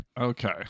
Okay